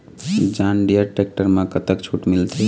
John Deere tractor म कतक छूट मिलथे?